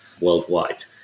worldwide